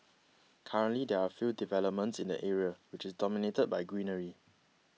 currently there are few developments in the area which is dominated by greenery